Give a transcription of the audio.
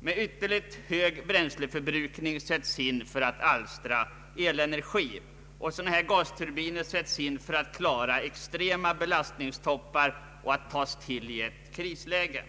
med ytterligt hög bränsleförbrukning sätts in för att alstra elenergi. Sådana gasturbiner tillgrips för att snabbt klara extrema belastningstoppar och tas till i ett krisläge.